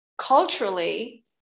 Culturally